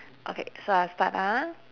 okay so I'll start ah